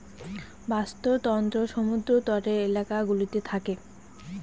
বাস্তুতন্ত্র সমুদ্র তটের এলাকা গুলোতে থাকে